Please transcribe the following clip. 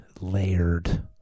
layered